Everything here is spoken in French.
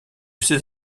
ses